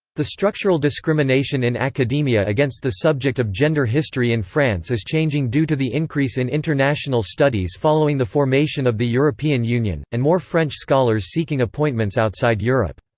the structural discrimination in academia against the subject of gender history in france is changing due to the increase in international studies following the formation of the european union, and more french scholars seeking appointments outside europe.